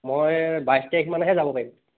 মই বাইছ তাৰিখ মানেহে যাব পাৰিম